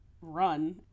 run